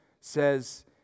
says